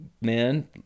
man